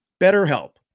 BetterHelp